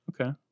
okay